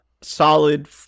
solid